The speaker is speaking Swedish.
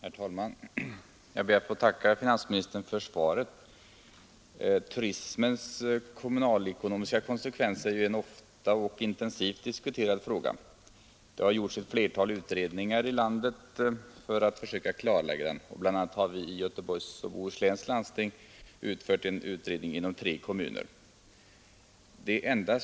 Herr talman! Jag ber att få tacka finansministern för svaret. ”Turismens kommunalekonomiska konsekvenser är en ofta och intensivt diskuterad fråga. Flera utredningar har utförts i olika delar av landet för att försöka klarlägga den. Bl. a. Göteborgs och Bohusläns landsting utfört utredningar inom tre kommuner i länet.